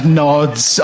nods